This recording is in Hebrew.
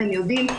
אתם יודעים,